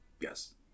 Yes